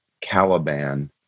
Caliban